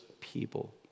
people